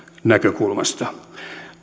näkökulmasta